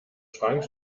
schrank